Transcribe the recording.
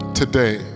today